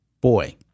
Boy